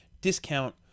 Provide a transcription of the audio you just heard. discount